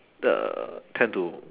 the tend to